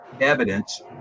evidence